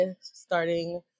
starting